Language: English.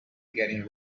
getting